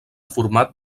format